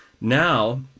Now